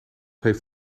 heeft